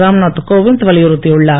ராம்நாத் கோவிந்த் வலியுறுத்தியுள்ளார்